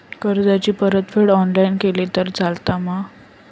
कर्जाची परतफेड ऑनलाइन केली तरी चलता मा?